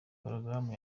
porogaramu